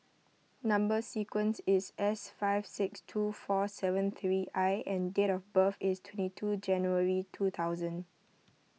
Number Sequence is S nine five six two four seven three I and date of birth is twenty two January two thousand